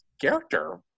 character